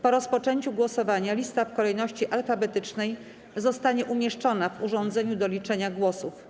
Po rozpoczęciu głosowania lista w kolejności alfabetycznej zostanie umieszczona w urządzeniu do liczenia głosów.